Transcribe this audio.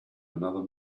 another